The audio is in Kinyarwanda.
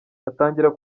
atangira